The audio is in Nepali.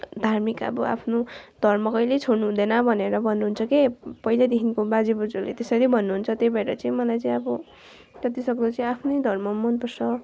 धार्मिक अब आफ्नो धर्म कहिल्यै छोड्नुहुँदैन भनेर भन्नुहुन्छ के पहिल्यैदेखिको बाजे बज्युहरूले त्यसरी नै भन्नुहुन्छ त्यही भएर चाहिँ मलाई चाहिँ अब जतिसक्दो चाहिँ आफ्नै धर्म मनपर्छ